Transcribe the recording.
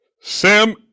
Sam